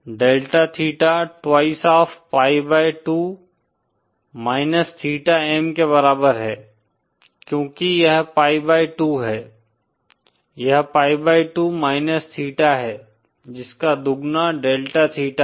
delta theta twice of pi by 2 minus theta M के बराबर है क्योंकि यह pi बाई 2 है यह pi बाई 2 माइनस थीटा है जिसका दुगना डेल्टा थीटा है